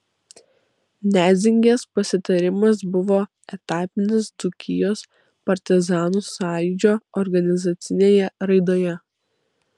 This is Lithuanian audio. nedzingės pasitarimas buvo etapinis dzūkijos partizanų sąjūdžio organizacinėje raidoje